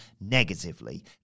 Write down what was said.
negatively